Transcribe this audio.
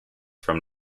from